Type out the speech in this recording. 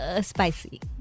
spicy